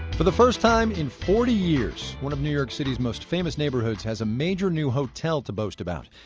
but the first time in forty years, one of new york city's most famous neighborhoods has a major new hotel to boast about.